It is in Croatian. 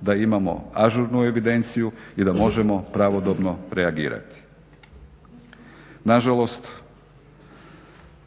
da imamo ažurnu evidenciju i da možemo pravodobno reagirati. Nažalost